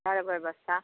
करबै ब्यबस्था